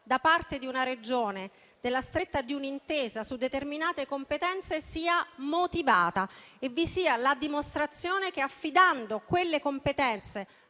da parte di una Regione, della stretta di un'intesa su determinate competenze sia motivata e vi sia la dimostrazione che, affidando quelle competenze